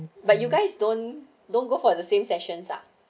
but you guys don't don't go for the same sessions ah